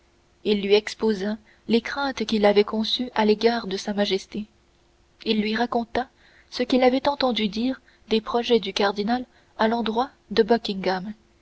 il lui exposa les craintes qu'il avait conçues à l'égard de sa majesté il lui raconta ce qu'il avait entendu dire des projets du cardinal à l'endroit de